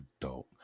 adult